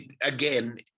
again